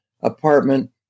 apartment